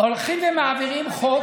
הולכים ומעבירים חוק,